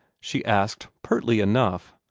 she asked pertly enough,